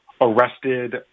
arrested